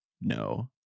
no